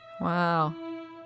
Wow